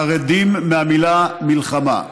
חרדים מהמילה "מלחמה".